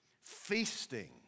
feasting